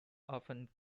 often